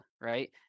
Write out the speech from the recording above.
right